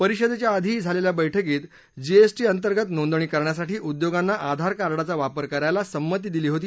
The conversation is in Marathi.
परिषदेच्या या आधी झालेल्या बैठकीत जीएसटी अंतर्गत नोंदणी करण्यासाठी उद्योगांना आधार कार्डाचा वापर करायला संमती देण्यात आली होती